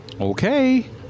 Okay